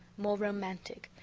more romantic,